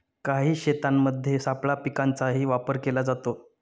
काही शेतांमध्ये सापळा पिकांचाही वापर केला जातो